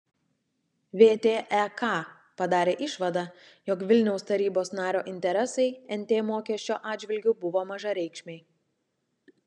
vtek padarė išvadą jog vilniaus tarybos nario interesai nt mokesčio atžvilgiu buvo mažareikšmiai